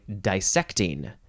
dissecting